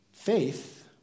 Faith